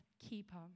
keeper